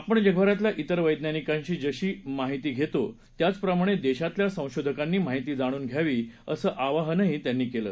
आपण जगभरातल्या तिर वैज्ञानिकांची जशी माहिती घेतो त्याचप्रमाणे देशातल्या संशोधकांची माहिती जाणून घ्यावी असं आवाहनही त्यांनी केलं